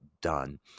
done